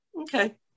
Okay